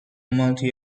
multi